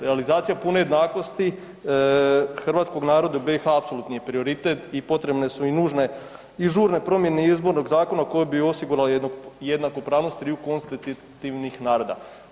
Realizacija pune jednakosti Hrvatskog naroda u BiH apsolutni je prioritet i potrebne su i nužne i žurne promjene Izbornog zakona koji bi osigurao jednakopravnost triju konstitutivnih naroda.